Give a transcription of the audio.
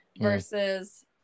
versus